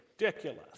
ridiculous